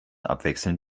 abwechselnd